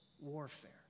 warfare